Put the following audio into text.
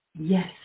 Yes